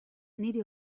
niri